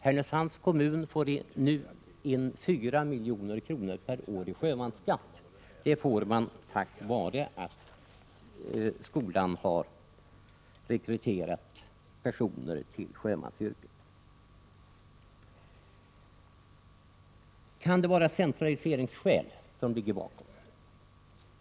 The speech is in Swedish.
Härnösands kommun får nu in 4 milj.kr. per år i sjömansskatt, tack vare att det från skolan rekryterats personer till sjömansyrket. Kan det vara centraliseringsskäl som ligger bakom?